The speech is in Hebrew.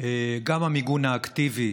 גם המיגון האקטיבי,